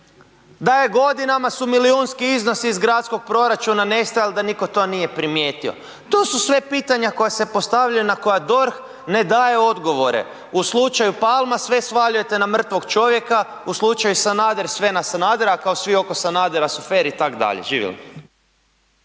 da je godinama su milijunski iznosi iz gradskog proračuna nestajao da niko to nije primijetio? To su sve pitanja koja se postavljaju na koja DORH ne daje odgovore. U slučaju Palma sve svaljujete na mrtvog čovjeka u slučaju Sanader sve na Sanadera, a kao svi oko Sanadera su fer i tak dalje. Živjeli.